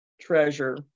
treasure